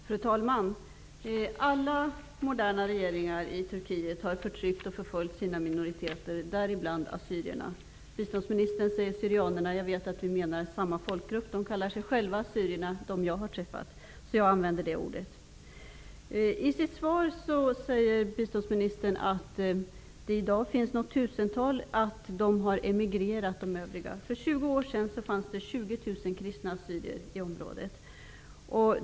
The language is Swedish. Fru talman! Alla moderna regeringar i Turkiet har förtryckt och förföljt sina minoriteter, däribland assyrierna. Biståndsministern säger syrianerna. Jag vet att vi menar samma folkgrupp. De som jag har träffat kallar sig själva assyrier. Därför använder jag det ordet. I sitt svar säger biståndsministern att det i dag finns ett tusental assyrier och att de övriga har emigrerat. För 20 år sedan fanns det 20 000 kristna assyrier i området.